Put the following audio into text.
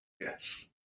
Yes